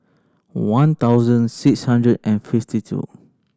one thousand six hundred and fifty two